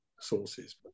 sources